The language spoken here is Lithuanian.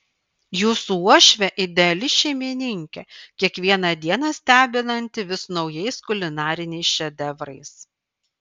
jūsų uošvė ideali šeimininkė kiekvieną dieną stebinanti vis naujais kulinariniais šedevrais